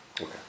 Okay